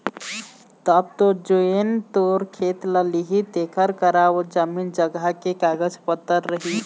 तब तो जेन तोर खेत ल लिही तेखर करा ओ जमीन जघा के कागज पतर रही